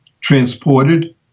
transported